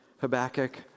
Habakkuk